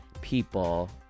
people